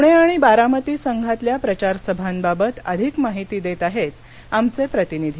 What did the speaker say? पुणे आणि बारामती संघातल्या प्रचारसभाबाबत अधिक माहिती देत आहेत आमचे प्रतिनिधी